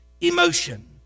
emotion